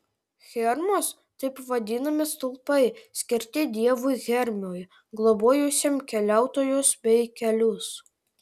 hermos taip vadinami stulpai skirti dievui hermiui globojusiam keliautojus bei kelius